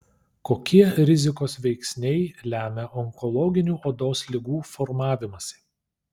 kokie rizikos veiksniai lemia onkologinių odos ligų formavimąsi